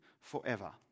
forever